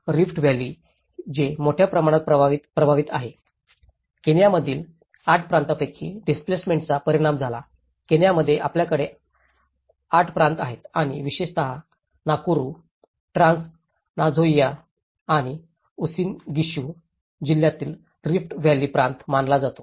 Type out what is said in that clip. रिफ्ट व्हॅली जे मोठ्या प्रमाणात प्रभावित आहे केनियामधील 8 प्रांतांपैकी डिस्प्लेसमेंटाचा परिणाम झाला केनियामध्ये आपल्याकडे 8 प्रांत आहेत आणि विशेषतः नाकुरू ट्रान्स नझोइया आणि उसिन गिशुजिल्ह्यात रिफ्ट व्हॅली प्रांत मानला जातो